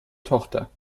tochter